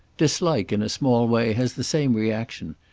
dislike, in a small way, has the same reaction.